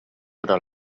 però